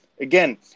again